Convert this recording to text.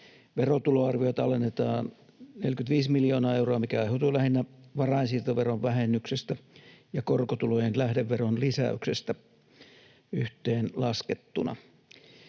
Verotuloarviota alennetaan 45 miljoonaa euroa, mikä aiheutuu lähinnä varainsiirtoveron vähennyksestä ja korkotulojen lähdeveron lisäyksestä yhteenlaskettuna.